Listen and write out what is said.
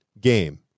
game